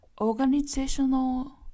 organizational